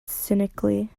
cynically